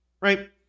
right